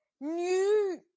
new